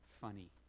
funny